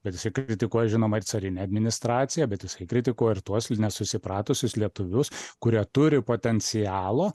bet jisai kritikuoja žinoma ir carinę administraciją bet jisai kritikuoja ir tuos nesusipratusius lietuvius kurie turi potencialo